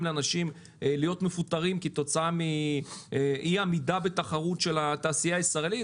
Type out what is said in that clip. לאנשים להיות מפוטרים כתוצאה מאי עמידה בתחרות של התעשייה הישראלית,